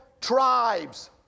tribes